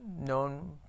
known